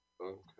Okay